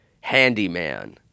handyman